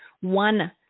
one